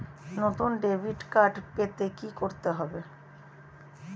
নতুন debit card পেতে কী করতে হবে?